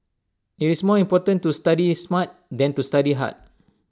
IT is more important to study smart than to study hard